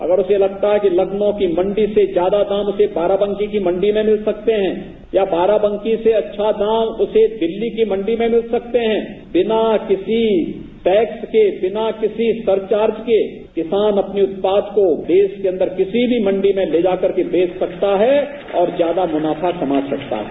अगर उसे लगता है कि लखनऊ की मंडी से ज्यादा दाम उसे बाराबंकी की मंडी में गिल सकते हैं या बाराबंकी से अच्छा दाम उसे दिल्ली की मंडी में गिल सकते हैं बिना किसी टैक्स के बिना किसी सरचार्ज के किसान अपने उत्पाद को देश के अंदर किसी भी मंडी में ले जाकर के बेच सकता है और ज्यादा मुनाफा कमा सकता है